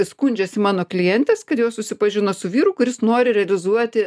skundžiasi mano klientės kad jos susipažino su vyru kuris nori realizuoti